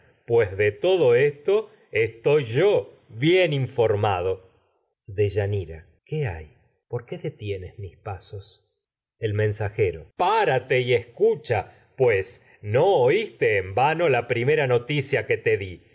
de todo esto estoy bien informado deyanira el qué hay por qué detienes mis pasos mensajero la párate y escucha ni pues no oíste en vano primera noticia que te di